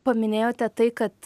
paminėjote tai kad